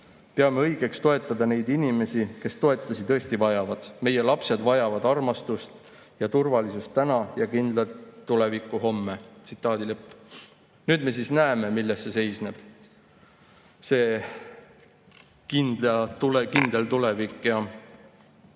peame õigeks toetada neid inimesi, kes toetusi tõesti vajavad. Meie lapsed vajavad armastust ja turvalisust täna ja kindlat tulevikku homme."Nüüd me siis näeme, milles seisneb see kindel tulevik,